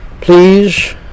please